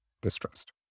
distrust